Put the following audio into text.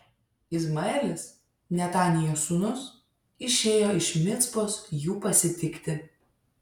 izmaelis netanijo sūnus išėjo iš micpos jų pasitikti